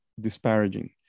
disparaging